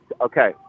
Okay